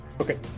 Okay